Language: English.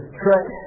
trek